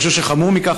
אני חושב שחמור מכך,